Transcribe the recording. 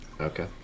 Okay